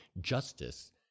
justice